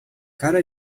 cara